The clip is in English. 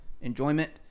enjoyment